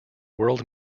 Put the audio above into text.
world